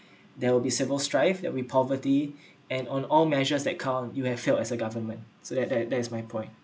there will be civil strife that we poverty and on all measures that count you have failed as a government so that that that's my point